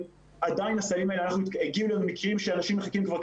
עדיין אנחנו מכירים מקרים שאנשים מחכים כמה